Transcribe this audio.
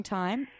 time